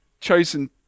chosen